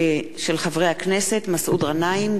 הצעת חברי הכנסת מסעוד גנאים,